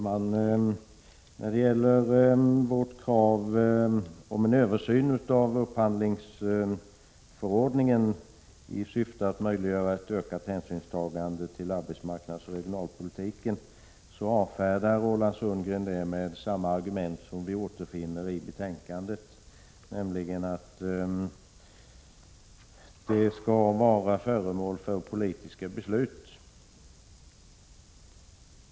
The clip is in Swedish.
Herr talman! Vårt krav om en översyn av upphandlingsförordningen i syfte att möjliggöra ett ökat hänsynstagande till arbetsmarknadsoch regionalpolitiken, avfärdas av Roland Sundgren med samma argument som vi finner i betänkandet, nämligen att detta skall vara föremål för politiska beslut.